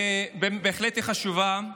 היא בהחלט חשובה,